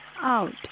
out